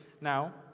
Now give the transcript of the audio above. Now